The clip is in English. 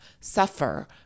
suffer